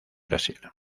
brasil